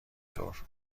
طور